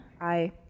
Aye